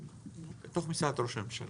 בתוך משרד ראש הממשלה.